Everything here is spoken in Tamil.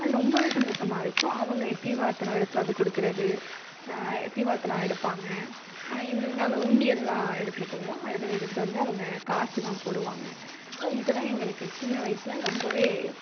அது ரொம்பவே சந்தோஷமாக இருக்கும் அவங்க தீபார்த்தன எடுத்துவிட்டு வந்து கொடுக்கறது தீபார்த்தன எடுப்பாங்க எங்கள் நாங்கள் உண்டியல் எல்லாம் எடுத்துகிட்டு போவோம் அதில் எடுத்துகிட்டு வந்து அவங்க காசு எல்லாம் போடுவாங்க ஸோ இதெல்லாம் எங்களுக்கு சின்ன வயசில் ரொம்பவே